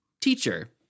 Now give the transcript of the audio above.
teacher